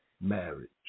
marriage